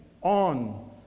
on